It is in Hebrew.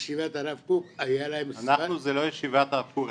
בישיבת הרב קוק היו ספרים --- אנחנו זה לא ישיבת הרב קוק.